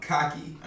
Cocky